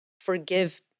forgive